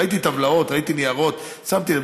ראיתי טבלאות, ראיתי ניירות, שמתי לב.